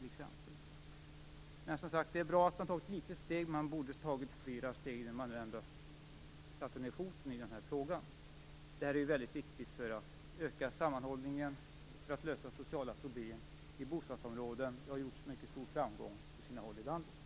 Det är som sagt bra att man tagit ett litet steg, men man borde ha tagit flera steg när man ändå tog tag i den här frågan. Detta är viktigt för att vi skall kunna öka sammanhållningen och lösa sociala problem i bostadsområden. Det har gjorts med mycket stor framgång på olika håll i landet.